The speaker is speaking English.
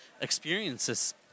experiences